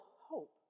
hope